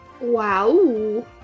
Wow